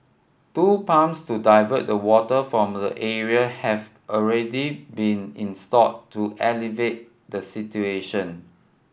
two pumps to divert the water from the area have already been installed to alleviate the situation